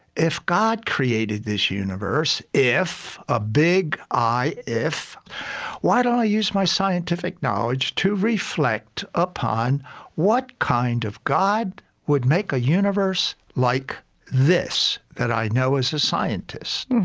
if god created this universe if, a big i if why don't i use my scientific knowledge to reflect upon what kind of god would make a universe like this that i know as a scientist?